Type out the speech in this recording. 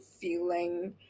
feeling